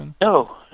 no